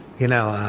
you know,